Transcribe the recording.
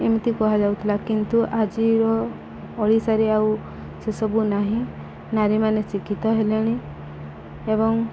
ଏମିତି କୁହାଯାଉଥିଲା କିନ୍ତୁ ଆଜିର ଓଡ଼ିଶାରେ ଆଉ ସେସବୁ ନାହିଁ ନାରୀମାନେ ଶିକ୍ଷିତ ହେଲେଣି ଏବଂ